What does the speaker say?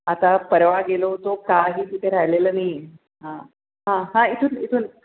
आता परवा गेलो होतो काही तिथे राहिलेलं नाही आहे हा हा इथून इथून